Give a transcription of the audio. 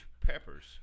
Peppers